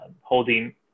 holding